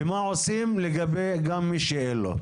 ומה עושים גם לגבי מי שאין לו.